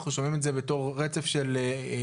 בגלל בעיות טכניות אנחנו שומעים רצף של גמגומים.